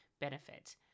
benefit